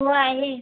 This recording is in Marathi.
हो आहे